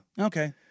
Okay